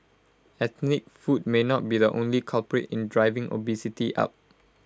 ethnic food may not be the only culprit in driving obesity up